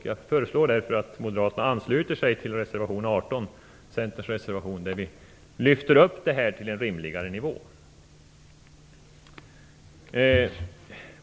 Jag föreslår därför att moderaterna ansluter sig till reservation 18, Centerns reservation, där vi lyfter upp detta till en rimligare nivå.